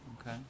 Okay